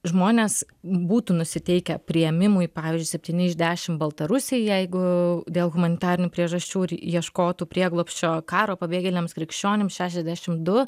žmonės būtų nusiteikę priėmimui pavyzdžiui septyni iš dešim baltarusiai jeigu dėl humanitarinių priežasčių ieškotų prieglobsčio karo pabėgėliams krikščionims šešiasdešim du